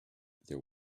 there